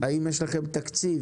האם יש לכם תקציב?